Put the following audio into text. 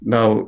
Now